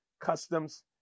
customs